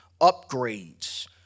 upgrades